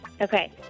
Okay